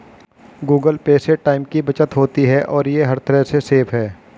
Google Pay से time की बचत होती है और ये हर तरह से सेफ है